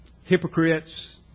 hypocrites